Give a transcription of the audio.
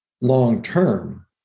long-term